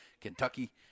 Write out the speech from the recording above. Kentucky